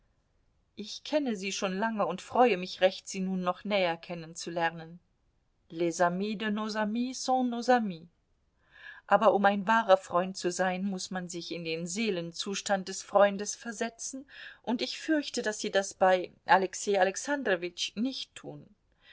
ich kenne sie schon lange und freue mich recht sie nun noch näher kennenzulernen les amis de nos amis sont nos amis aber um ein wahrer freund zu sein muß man sich in den seelenzustand des freundes versetzen und ich fürchte daß sie das bei alexei alexandrowitsch nicht tun